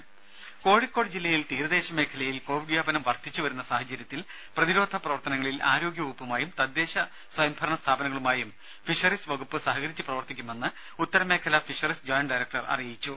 രുദ കോഴിക്കോട് ജില്ലയിൽ തീരദേശ മേഖലയിൽ കോവിഡ് വ്യാപനം വർദ്ധിച്ചുവരുന്ന സാഹചര്യത്തിൽ പ്രതിരോധ പ്രവർത്തനങ്ങളിൽ ആരോഗ്യവകുപ്പുമായും തദ്ദേശ സ്വയം ഭരണ സ്ഥാപനങ്ങളുമായും ഫിഷറീസ് വകുപ്പ് സഹകരിച്ചു പ്രവർത്തിക്കുമെന്ന് ഉത്തര മേഖലാ ഫിഷറീസ് ജോയന്റ് ഡയറക്ടർ അറിയിച്ചു